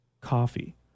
coffee